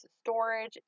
storage